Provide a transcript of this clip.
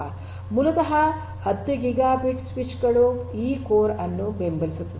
ಮೂಲತಃ 10 gigabit switch ಗಳು ಈ ಕೋರ್ ಅನ್ನು ಬೆಂಬಲಿಸುತ್ತದೆ